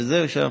בזה שם,